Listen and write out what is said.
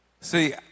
See